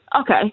Okay